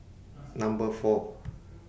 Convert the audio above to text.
Number four